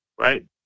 right